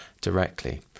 directly